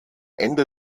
ende